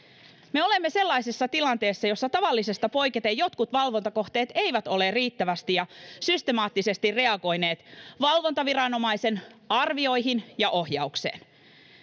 me olemme sellaisessa tilanteessa jossa tavallisesta poiketen jotkut valvontakohteet eivät ole riittävästi ja systemaattisesti reagoineet valvontaviranomaisen arvioihin ja ohjaukseen